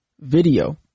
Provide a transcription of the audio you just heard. video